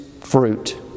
fruit